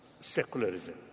secularism